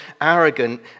arrogant